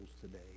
today